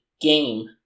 game